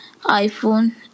iPhone